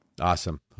Awesome